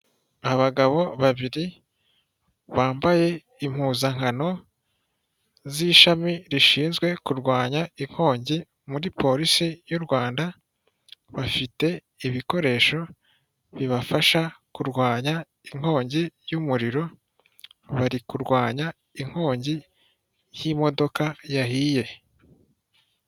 Abagabo babiri bambaye impuzankano z' ishami rishinzwe kurwanya inkongi muri polisi y' u Rwanda. Bafite ibikoresho bibafasha kurwanya inkongi y' umuriro. Bari kurwanya inkongi y' imodoka yahiye.